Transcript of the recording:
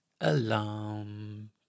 alarm